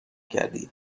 کردی